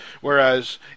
Whereas